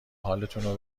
حالتونو